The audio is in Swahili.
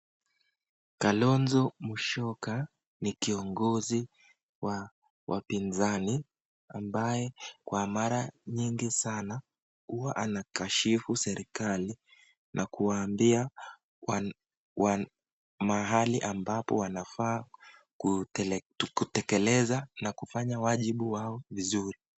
Kalonzo Musyoka ni kiongozi wa wapinzani ambaye kwa mara nyingi sana huwa anakashifu serikali na kuwaambia mahali ambapo wanafaa kutekeleza na kufanya wajibu wao vizuri.